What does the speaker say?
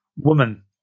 woman